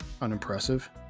unimpressive